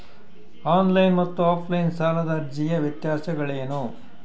On line ಮತ್ತು offline ಸಾಲದ ಅರ್ಜಿಯ ವ್ಯತ್ಯಾಸಗಳೇನು?